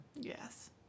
Yes